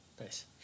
nice